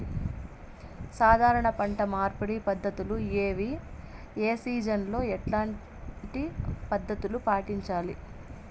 సాధారణ పంట మార్పిడి పద్ధతులు ఏవి? ఏ సీజన్ లో ఎట్లాంటి పద్ధతులు పాటించాలి?